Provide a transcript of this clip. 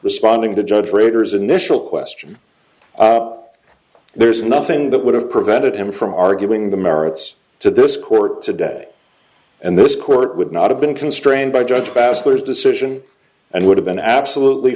responding to judge readers initial question there's nothing that would have prevented him from arguing the merits to this court today and this court would not have been constrained by judge pastor's decision and would have been absolutely